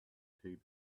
taped